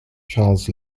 charles